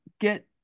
get